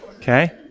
Okay